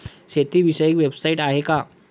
शेतीविषयक वेबसाइट आहे का?